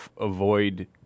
avoid